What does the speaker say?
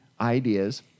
ideas